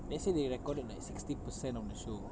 let's say they recorded like sixty percent of the show